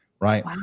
right